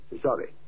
sorry